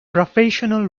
professional